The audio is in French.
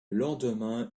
lendemain